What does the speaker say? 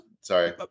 Sorry